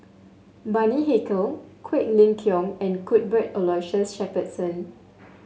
Bani Haykal Quek Ling Kiong and Cuthbert Aloysius Shepherdson